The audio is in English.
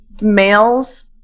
males